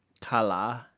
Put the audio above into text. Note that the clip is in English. color